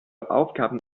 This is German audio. aufgaben